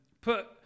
put